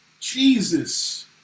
Jesus